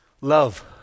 Love